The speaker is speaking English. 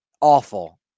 awful